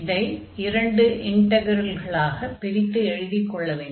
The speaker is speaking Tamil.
இதை இரண்டு இன்டக்ரல்களாகப் பிரித்து எழுதிக் கொள்ள வேண்டும்